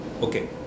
okay